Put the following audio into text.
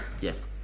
Yes